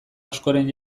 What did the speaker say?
askoren